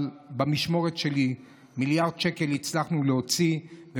אבל במשמרת שלי הצלחנו להוציא מיליארד שקל,